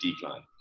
decline